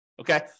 okay